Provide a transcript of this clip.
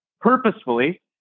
purposefully